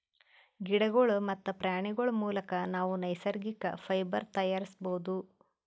ಗಿಡಗೋಳ್ ಮತ್ತ್ ಪ್ರಾಣಿಗೋಳ್ ಮುಲಕ್ ನಾವ್ ನೈಸರ್ಗಿಕ್ ಫೈಬರ್ ತಯಾರಿಸ್ಬಹುದ್